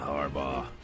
Harbaugh